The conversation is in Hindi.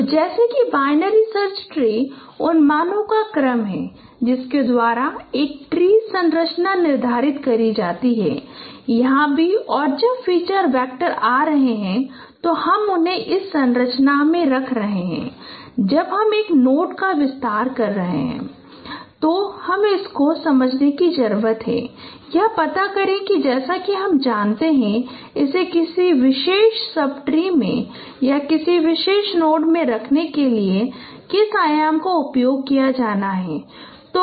तो जैसे कि बाइनरी सर्च ट्री उन मानों का क्रम है जिनके द्वारा एक ट्री संरचना निर्धारित की जाती है यहाँ भी और जब फीचर वैक्टर आ रहे हैं तो हम उन्हें इस संरचना में रख रहे हैं और जब हम एक नोड का विस्तार कर रहे हैं जब रख रहे हैं इसे हमको समझने की ज़रूरत है यह पता करें कि जैसा कि हम जानते हैं कि इसे किसी विशेष सब ट्री में या किसी विशेष नोड में रखने के लिए किस आयाम का उपयोग किया जाना है